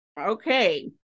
Okay